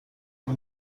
این